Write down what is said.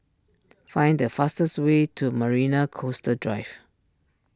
find the fastest way to Marina Coastal Drive